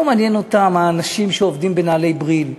לא מעניין אותה מהאנשים שעובדים בנעלי "בריל",